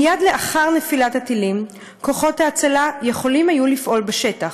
מייד לאחר נפילת הטילים כוחות ההצלה יכולים היו לפעול בשטח.